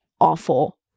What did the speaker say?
awful